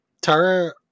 Tara